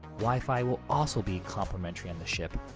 wi-fi will also be complimentary on the ship.